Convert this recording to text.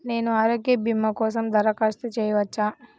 నేను ఆరోగ్య భీమా కోసం దరఖాస్తు చేయవచ్చా?